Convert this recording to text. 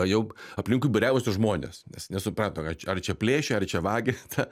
jau aplinkui būriavosi žmonės nes nesuprato ar čia plėšia ar čia vagia ta